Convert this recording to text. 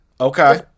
okay